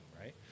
Right